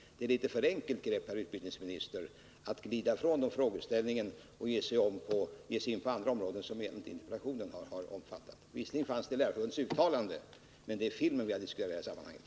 Det är ett litet för enkelt grepp, herr utbildningsminister, att i en seriös debatt söka glida ifrån frågeställningen och ge sig in på andra områden som interpellationen inte har omfattat. Visserligen omnämndes litteraturen i Lärarförbundets kongressmaterial, men det är filmen vi har diskuterat i det här sammanhanget.